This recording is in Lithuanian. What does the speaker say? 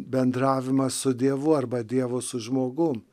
bendravimas su dievu arba dievo su žmogum